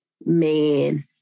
man